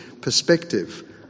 perspective